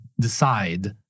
decide